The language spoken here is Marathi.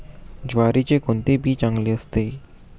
ज्वारीचे कोणते बी चांगले असते?